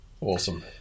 Awesome